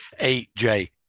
AJ